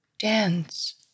Dance